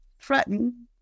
threaten